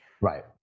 Right